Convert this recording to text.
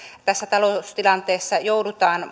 tässä taloustilanteessa joudutaan